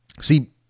See